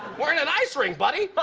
we're in an ice rink, buddy. but